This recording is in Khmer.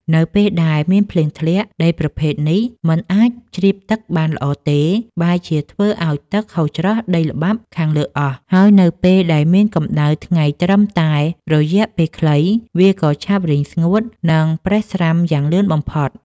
នៅពេលដែលមានភ្លៀងធ្លាក់ ដីប្រភេទនេះមិនអាចជ្រាបទឹកបានល្អទេ បែរជាធ្វើឱ្យទឹកហូរច្រោះដីល្បាប់ខាងលើអស់ ហើយនៅពេលដែលមានកម្ដៅថ្ងៃត្រឹមតែរយៈពេលខ្លី វាក៏ឆាប់រីងស្ងួត និងប្រេះស្រាំយ៉ាងលឿនបំផុត។